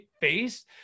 face